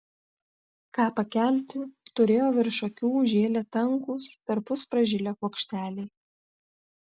ką pakelti turėjo virš akių žėlė tankūs perpus pražilę kuokšteliai